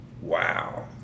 Wow